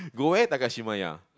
go where Takashimaya